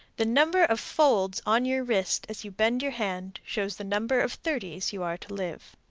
the number of folds on your wrist as you bend your hand shows the number of thirties you are to live.